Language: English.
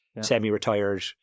semi-retired